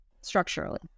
structurally